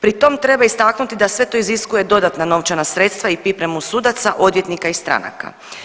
Pri tom treba istaknuti da sve to iziskuje dodatna novčana sredstva i pripremu sudaca, odvjetnika i stranaka.